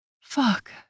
Fuck